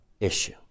issue